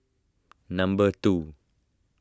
number two